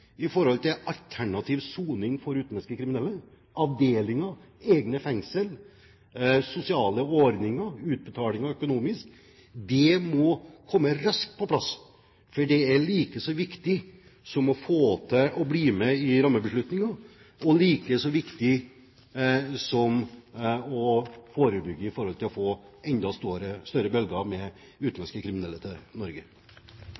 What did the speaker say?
alternativ soning for utenlandske kriminelle – avdelinger, egne fengsler, sosiale ordninger og økonomiske utbetalinger. Det må komme raskt på plass, for det er likeså viktig som å bli med i rammebeslutningen, og likeså viktig som å forebygge i forhold til enda større bølger med